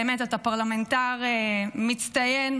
באמת אתה פרלמנטר מצטיין,